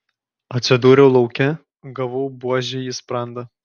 atsidūriau lauke gavau buože į sprandą